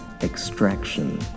extraction